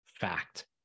fact